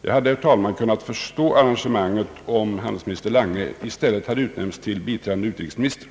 Jag hade, herr talman, kunnat förstå arrangemanget om :handelsminister Lange i stället hade utnämnts till biträdande utrikesminister.